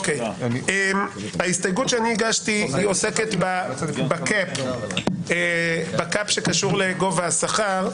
ההסתייגות שאני הגשתי עוסקת ב-Cap שקשור לגובה השכר.